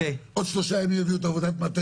עוד שלושה ימים יביאו את עבודת המטה,